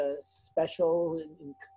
special